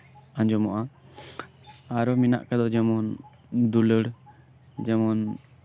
ᱟᱸᱡᱚᱢᱚᱜᱼᱟ ᱟᱨ ᱢᱮᱱᱟᱜ ᱠᱟᱫᱟ ᱡᱮᱢᱚᱱ ᱫᱩᱞᱟᱹᱲ ᱡᱮᱢᱚᱱ